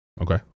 Okay